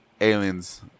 aliens